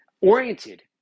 oriented